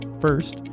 First